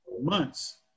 months